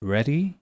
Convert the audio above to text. Ready